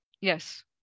yes